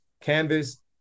canvas